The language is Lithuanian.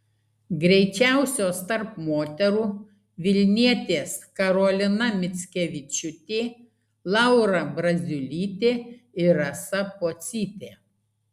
greičiausios tarp moterų vilnietės karolina mickevičiūtė laura braziulytė ir rasa pocytė